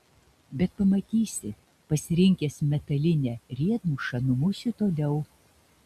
bet pamatysi pasirinkęs metalinę riedmušą numušiu toliau